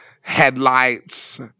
headlights